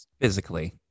physically